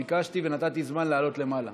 ביקשתי, ונתתי זמן לעלות למעלה.